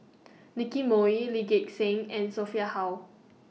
Nicky Moey Lee Gek Seng and Sophia Hull